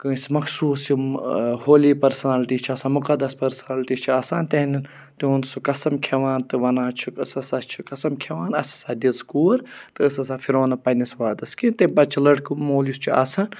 کٲنٛسہِ مخصوٗص یِم ہولی پٔرسٕنَلٹی چھےٚ آسان مُقدس پٔرسٕنَلٹی چھےٚ آسان تِہٮ۪نٛدٮ۪ن تِہُنٛد سُہ قسَم کھٮ۪وان تہٕ وَنان چھِکھ أسۍ ہَسا چھِ قسَم کھٮ۪وان اَسہِ ہَسا دِژ کوٗر تہٕ أسۍ ہَسا پھِرو نہٕ پنٛنِس وعدَس کینٛہہ تیٚمہِ پَتہٕ چھِ لٔڑکہٕ مول یُس چھِ آسان